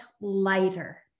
lighter